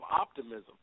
optimism